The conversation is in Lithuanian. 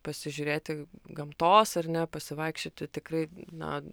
pasižiūrėti gamtos ar ne pasivaikščioti tikrai na